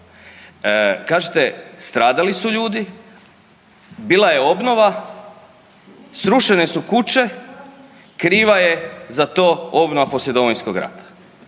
Kažete stradali su ljudi, bila je obnova, srušene su kuće, kriva je za to obnova poslije Domovinskog rata,